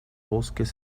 bosques